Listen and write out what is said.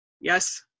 Yes